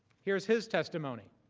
here is his testimony.